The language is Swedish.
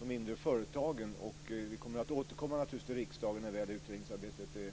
de mindre företagen. Vi kommer naturligtvis att återkomma till riksdagen när det här utredningsarbetet är avslutat.